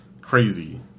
Crazy